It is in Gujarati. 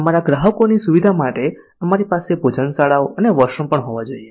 અમારા ગ્રાહકોની સુવિધા માટે અમારી પાસે ભોજનશાળાઓ અને વોશરૂમ પણ હોવા જોઈએ